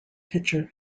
pitcher